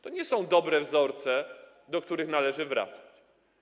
To nie są dobre wzorce, do których należy wracać.